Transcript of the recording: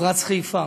מפרץ חיפה.